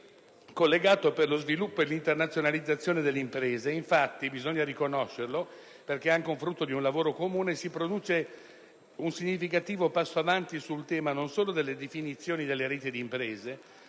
«Disposizioni per lo sviluppo e l'internazionalizzazione delle imprese», ed infatti - bisogna riconoscerlo, perché è anche il frutto di un lavoro comune - si produce un significativo passo in avanti sul tema, non solo con la definizione delle reti di imprese